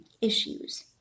issues